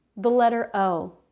the letter o.